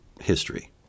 history